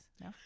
No